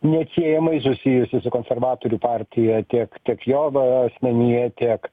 neatsiejamai susijusi su konservatorių partija tiek kiek jo asmenyje tiek